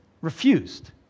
refused